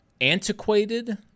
antiquated